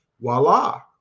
Voila